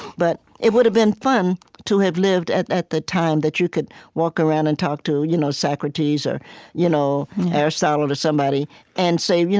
but it would have been fun to have lived at at the time that you could walk around and talk to you know socrates or you know aristotle, to somebody and say,